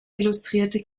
illustrierte